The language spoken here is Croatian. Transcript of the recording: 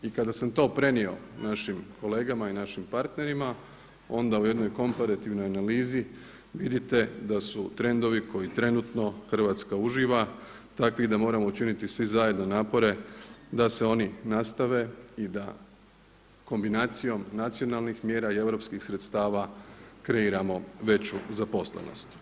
I kada sam to prenio našim kolegama i našim partnerima, onda u jednoj komparativnoj analizi vidite da su trendovi koje trenutno Hrvatska uživa takvi da moramo učiniti svi zajedno napore da se oni nastave i da kombinacijom nacionalnih mjera i europskih sredstava kreiramo veću zaposlenost.